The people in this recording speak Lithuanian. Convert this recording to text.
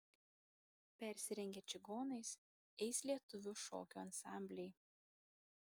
persirengę čigonais eis lietuvių šokių ansambliai